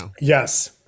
Yes